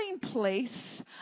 place